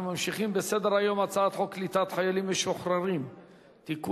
אנחנו ממשיכים בסדר-היום: הצעת חוק קליטת חיילים משוחררים (תיקון,